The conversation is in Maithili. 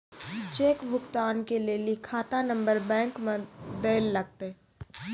चेक भुगतान के लेली खाता नंबर बैंक मे दैल लागतै